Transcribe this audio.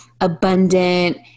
abundant